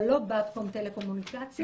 אבל לא "באבקום" טלקומוניקציה,